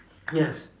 yes